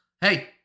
Hey